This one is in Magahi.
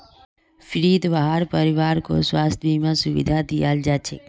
फ्रीत वहार परिवारकों स्वास्थ बीमार सुविधा दियाल जाछेक